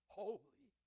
holy